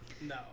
No